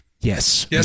Yes